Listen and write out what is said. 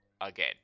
again